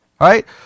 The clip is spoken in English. right